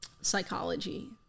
psychology